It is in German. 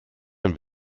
ein